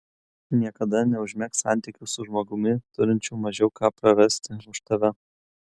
niekada neužmegzk santykių su žmogumi turinčiu mažiau ką prarasti už tave